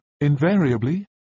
invariably